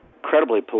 incredibly